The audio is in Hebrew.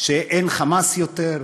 שאין "חמאס" יותר?